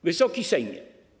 Wysoki Sejmie!